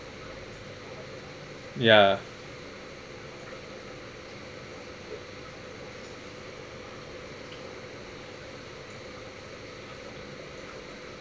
ya